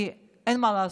כי אין מה לעשות.